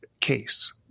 case